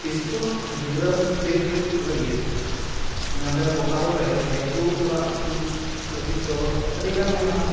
school ᱜᱤᱫᱽᱨᱟᱹ field trip ᱞᱟᱹᱜᱤᱫ ᱱᱚᱸᱰᱮ ᱵᱚᱠᱟᱨᱳ ᱨᱮ ᱡᱟᱹᱫᱩ ᱚᱲᱟᱜ ᱞᱟᱹᱜᱤᱫ ᱫᱚ ᱟᱹᱰᱤᱜᱟᱱ ᱢᱮᱱᱟᱜᱼᱟ